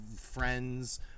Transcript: friends